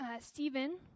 Stephen